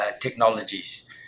technologies